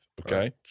okay